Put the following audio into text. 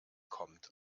kommt